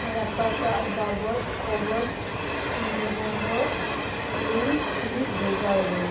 ᱨᱟᱯᱟᱪᱟᱜ ᱵᱟᱵᱚᱫᱽ ᱠᱷᱚᱵᱚᱨ ᱱᱤᱵᱚᱱᱫᱷᱚ ᱞᱤᱝᱠ ᱤᱧ ᱵᱷᱮᱡᱟ ᱟᱹᱧᱢᱮ